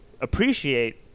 appreciate